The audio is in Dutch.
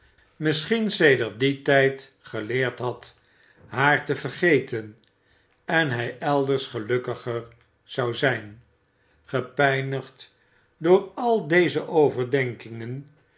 misschien sedert dien tijd geleerd had haar te vergeten en hij elders gelukkiger zou zijn gepijnigd door al deze overdenkingen